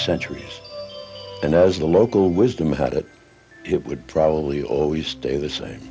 and as the local wisdom had it it would probably always stay the same